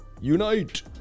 unite